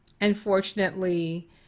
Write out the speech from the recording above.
Unfortunately